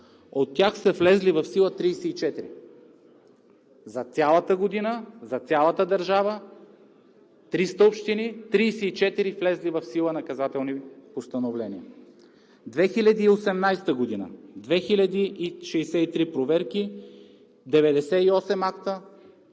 от тях са влезли в сила 34. За цялата година, за цялата държава – 300 общини, 34 влезли в сила наказателни постановления. През 2018 г. – 2063 проверки,